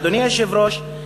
אדוני היושב-ראש,